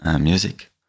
music